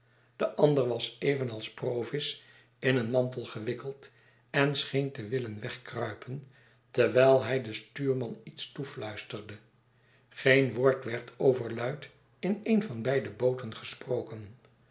de ander was evenals provis in een mantel gewikkeld en scheen te willen wegkruipen terwijl hij den stuurman iets toefluisterde geen woord werd overluid in een van beide booten gesproken